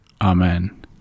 Amen